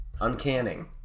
Uncanning